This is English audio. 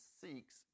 seeks